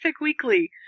Weekly